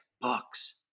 books